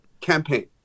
campaign